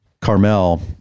Carmel